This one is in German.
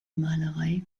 malerei